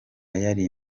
yari